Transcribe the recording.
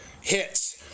Hits